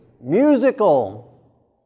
musical